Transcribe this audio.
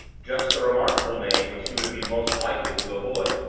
just the remarkable name which he would be most likely to avoid.